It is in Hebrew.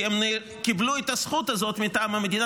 כי הם קיבלו את הזכות הזאת מטעם המדינה,